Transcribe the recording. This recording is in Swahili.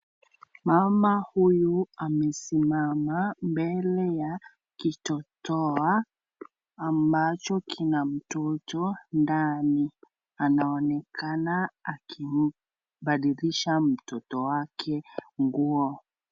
Mama huyu amesimama mbele ya kitotoa ambacho kina mtoto ndani. Anaonekana akimbadilisha mtoto wake nguo.